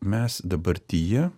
mes dabartyje